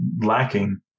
lacking